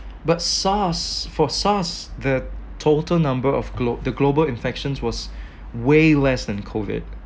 but SARS for SARS the total number of glob~ the global infections was way less than COVID